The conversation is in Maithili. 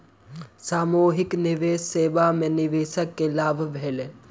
सामूहिक निवेश सेवा में निवेशक के लाभ भेलैन